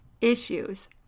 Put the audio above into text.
issues